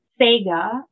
Sega